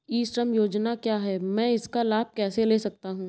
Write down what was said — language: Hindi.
ई श्रम योजना क्या है मैं इसका लाभ कैसे ले सकता हूँ?